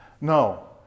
No